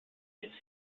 its